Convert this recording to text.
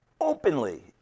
openly